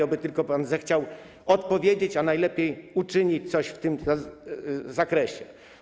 Oby tylko pan zechciał odpowiedzieć, a najlepiej uczynić coś w tym zakresie.